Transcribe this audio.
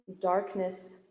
darkness